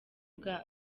bwa